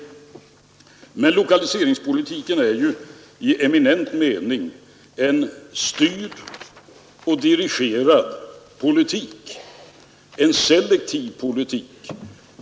Men lokaliseringspolitiken är ju i eminent mening en styrd och dirigerad politik, en selektiv politik.